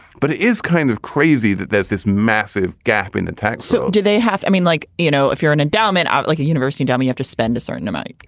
but it is kind of crazy that there's this massive gap in the tax so do they have. i mean, like, you know, if you're an endowment, ah like a university down, you have to spend a certain amount in